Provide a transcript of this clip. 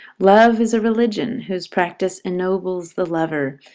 love is a religion who's practice egnobles the lover.